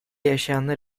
yaşayanlar